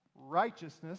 Righteousness